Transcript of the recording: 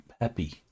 happy